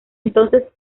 entonces